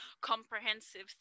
comprehensive